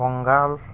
Bengal